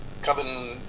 coven